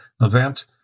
event